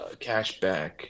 cashback